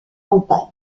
campagne